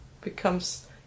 becomes